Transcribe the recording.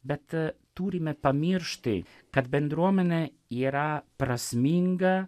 bet turime pamiršti kad bendruomenė yra prasminga